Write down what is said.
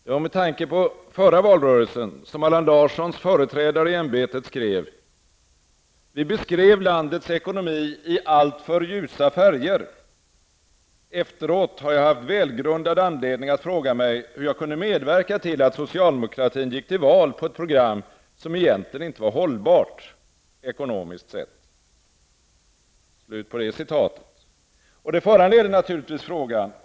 Det var med tanke på förra valrörelsen som Allan Larssons företrädare skrev: ''Vi beskrev landets ekonomi i alltför ljusa färger... Efteråt har jag haft välgrundad anledning att fråga mig hur jag kunde medverka till att socialdemokratin gick till val på ett program som egentligen var ohållbart, ekonomiskt sett.''